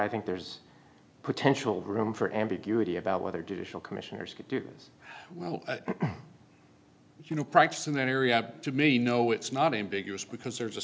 i think there's potential room for ambiguity about whether judicial commissioners could do this you know practice in that area to me no it's not ambiguous because there's a